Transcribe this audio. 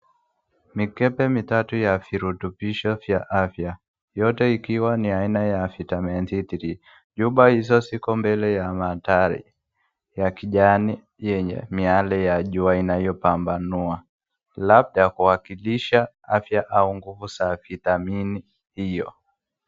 Mikebe mitatu ya virotobisho vya afya. Yote ikiwa ni aina ya vitamin D-three . chupa hizo ziko mbele ya madhahali ya kijani yenye miale ya jua inayopambanua. Labda kuwakilisha afya au nguvu za vitamini hiyo.